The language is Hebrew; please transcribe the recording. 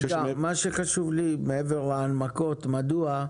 מה שחשוב לי מעבר להנמקות מדוע,